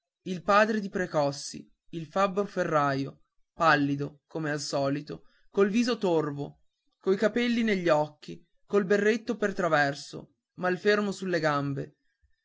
il padre di precossi il fabbro ferraio pallido come al solito col viso torvo coi capelli negli occhi col berretto per traverso malfermo sulle gambe